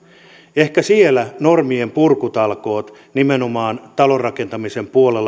ehkä siellä normienpurkutalkoot nimenomaan talonrakentamisen puolella